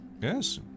Yes